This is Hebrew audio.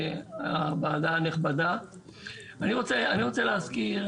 ואני אומר לכם